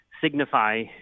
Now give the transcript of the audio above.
signify